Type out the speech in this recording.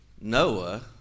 Noah